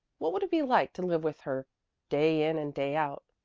what would it be like to live with her day in and day out?